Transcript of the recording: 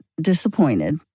disappointed